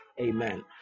Amen